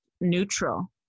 neutral